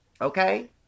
Okay